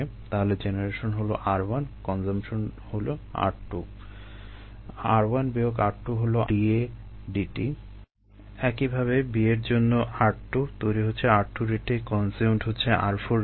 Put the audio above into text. তাহলে জেনারেশন হলো r1 consumption হলো r2 r1 বিয়োগ r2 হলো dA dt একইভাবে B এর জন্য r2 তৈরি হচ্ছে r2 রেটে কনজিউমড হচ্ছে r4 রেটে